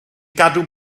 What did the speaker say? gadw